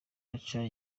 ica